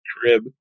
crib